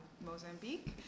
Mozambique